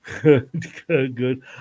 Good